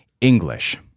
English